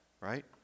right